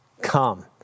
come